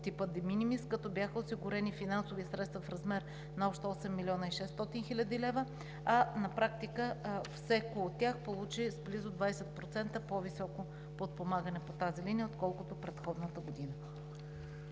типа де минимис, като бяха осигурени финансови средства в размер на общо 8 млн. 600 хил. лв., а на практика всяко от тях получи с близо 20% по-високо подпомагане по тази линия, отколкото предходната година.